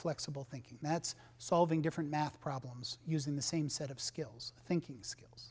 flexible thinking that's solving different math problems using the same set of skills thinking skills